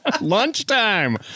Lunchtime